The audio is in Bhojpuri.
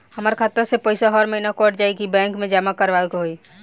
हमार खाता से पैसा हर महीना कट जायी की बैंक मे जमा करवाए के होई?